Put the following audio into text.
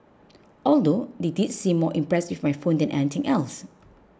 although they did seem more impressed with my phone than anything else